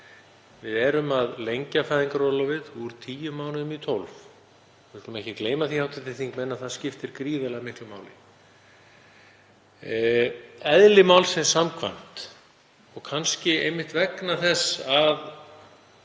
Við erum að lengja fæðingarorlofið úr tíu mánuðum í 12. Við skulum ekki gleyma því, hv. þingmenn, að það skiptir gríðarlega miklu máli. Eðli málsins samkvæmt og kannski einmitt vegna þess að